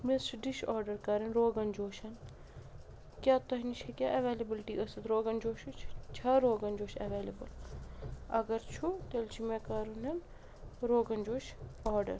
مےٚ حظ چھِ ڈِش آرڈَر کَرٕنۍ روغَن جوش کیٛاہ تۄہہِ نِش ہیٚکیٛاہ ایٚویلیبٕلٹی ٲسِتھ روغَن جوشِچۍ چھا روغَن جوش ایٚویلیبٕل اگر چھُو تیٚلہِ چھِ مےٚ کَرٕنۍ روغَن جوش آرڈَر